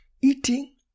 eating